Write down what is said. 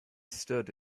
stood